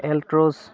Altroz